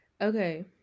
okay